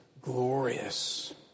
glorious